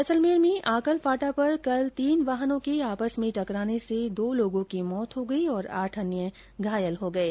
जैसलमेर में आंकलफाटा पर कल तीन वाहनों के आपस में टकराने से दो लोगों की मौत हो गई और आठ अन्य घायल हो गये